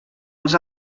els